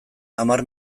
hamar